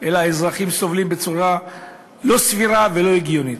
אלא האזרחים סובלים בצורה לא סבירה ולא הגיונית.